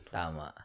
tama